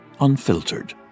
Unfiltered